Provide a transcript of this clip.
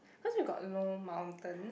cause we got no mountains